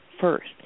first